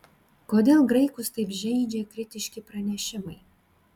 kodėl graikus taip žeidžia kritiški pranešimai